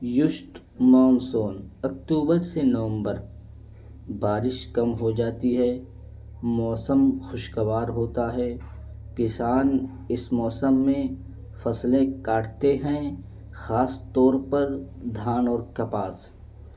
یشٹ monsoon اکتوبر سے نومبر بارش کم ہو جاتی ہے موسم خوشکوار ہوتا ہے کسان اس موسم میں فصلیں کاٹتے ہیں خاص طور پر دھان اور کپاس